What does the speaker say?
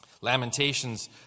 Lamentations